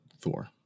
Thor